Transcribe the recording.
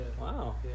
Wow